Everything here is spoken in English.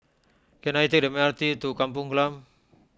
can I take the M R T to Kampung Glam